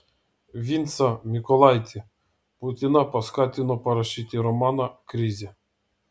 vincą mykolaitį putiną paskatino parašyti romaną krizė